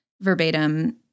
verbatim